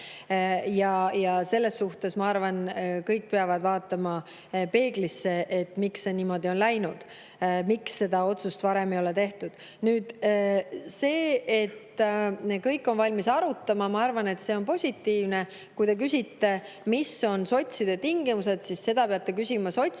Ja selles suhtes, ma arvan, kõik peavad vaatama peeglisse, et miks see niimoodi on läinud, miks seda otsust varem ei ole tehtud. Nüüd see, et kõik on valmis arutama – ma arvan, et see on positiivne. Kui te küsite, mis on sotside tingimused, siis seda peate küsima sotside